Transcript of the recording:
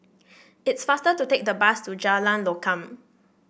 it's faster to take the bus to Jalan Lokam